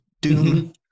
doom